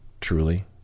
truly